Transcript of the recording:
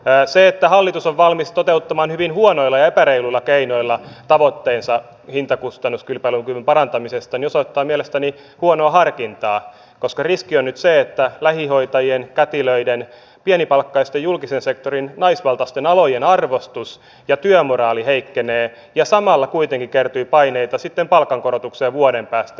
se että hallitus on valmis toteuttamaan hyvin huonoilla ja epäreiluilla keinoilla tavoitteensa hintakustannuskilpailukyvyn parantamisesta osoittaa mielestäni huonoa harkintaa koska riski on nyt se että lähihoitajien kätilöiden pienipalkkaisten julkisen sektorin naisvaltaisten alojen arvostus ja työmoraali heikkenee ja samalla kuitenkin kertyy paineita sitten palkankorotukseen vuoden päästä